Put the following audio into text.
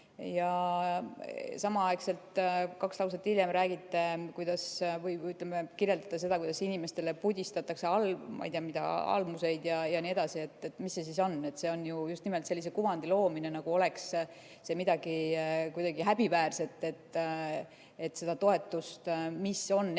aga samaaegselt kaks lauset hiljem räägite, kirjeldate seda, kuidas inimestele pudistatakse almuseid ja nii edasi. Mis see siis on? See on just nimelt sellise kuvandi loomine, nagu oleks see midagi häbiväärset, et seda toetust, mis on ette